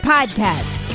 Podcast